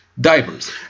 diapers